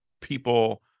people